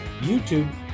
YouTube